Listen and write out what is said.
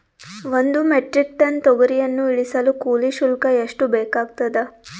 ಒಂದು metric ton ತೊಗರಿಯನ್ನು ಇಳಿಸಲು ಕೂಲಿ ಶುಲ್ಕ ಎಷ್ಟು ಬೇಕಾಗತದಾ?